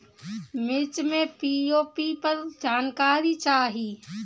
मिर्च मे पी.ओ.पी पर जानकारी चाही?